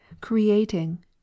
creating